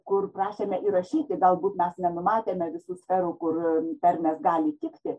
kur prašėme įrašyti galbūt mes nenumatėme visų sferų kur tarmės gali tikti